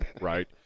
right